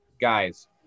Guys